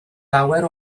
lawer